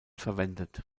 verwendet